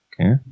okay